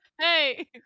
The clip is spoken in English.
hey